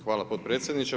Hvala potpredsjedniče.